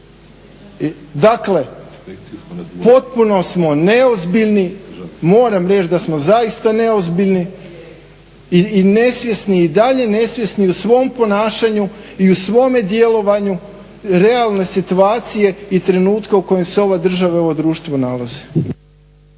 Dakle, potpuno smo neozbiljni, moram reći da smo zaista neozbiljni i nesvjesni, i dalje nesvjesni u svom ponašanju i u svome djelovanju realne situacije i trenutka u kojem se ova država i ovo društvo nalaze.